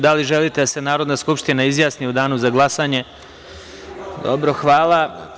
Da li želite da se Narodna skupština izjasni u danu za glasanje.(Ne.) Hvala.